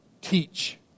teach